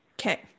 Okay